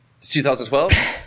2012